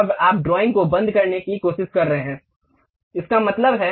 अब आप ड्राइंग को बंद करने की कोशिश कर रहे हैं इसका मतलब है कि कुछ भी सेव नहीं हुआ है